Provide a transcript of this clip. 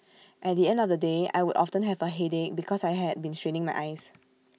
at the end of the day I would often have A headache because I had been straining my eyes